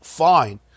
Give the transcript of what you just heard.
fine